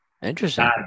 Interesting